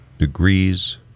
Degrees